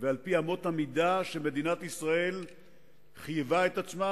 ועל-פי אמות המידה שמדינת ישראל חייבה את עצמה